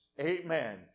Amen